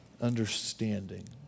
understanding